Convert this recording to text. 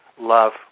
love